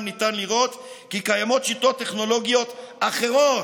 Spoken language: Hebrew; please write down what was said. ניתן לראות כי קיימות שיטות טכנולוגיות אחרות,